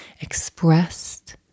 expressed